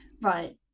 Right